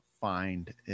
find